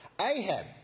Ahab